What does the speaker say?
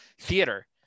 theater